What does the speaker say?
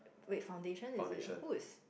wait foundation is it whose